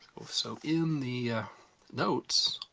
so in the notes,